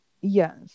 Yes